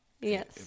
Yes